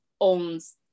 owns